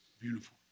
beautiful